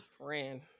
Friend